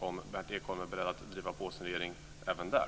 Är Berndt Ekholm beredd att driva på sin regering även där?